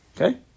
Okay